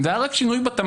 אם זה היה רק שינוי בתמהיל,